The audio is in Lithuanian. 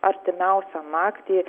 artimiausią naktį